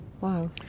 Wow